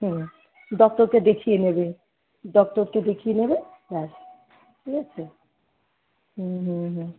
হুম ডক্টরকে দেখিয়ে নেবে ডক্টরকে দেখিয়ে নেবে ব্যাস ঠিক আছে হুম হুম হুম